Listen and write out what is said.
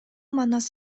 манас